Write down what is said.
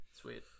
Sweet